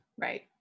right